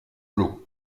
clos